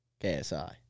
KSI